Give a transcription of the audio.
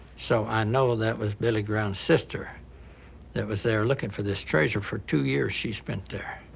so i know that was billy ground's sister that was there looking for this treasure. for two years she spent there.